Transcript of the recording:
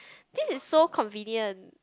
this is so convenience